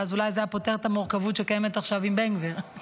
ואז אולי זה היה פותר את המורכבות שקיימת עכשיו עם בן גביר,